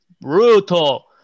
brutal